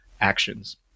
actions